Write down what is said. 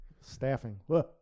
staffing